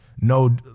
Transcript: No